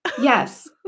Yes